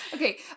Okay